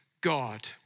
God